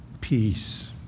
peace